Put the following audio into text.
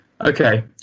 Okay